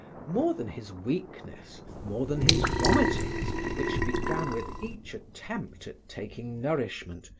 more than his weakness, more than his vomitings which began with each attempt at taking nourishment,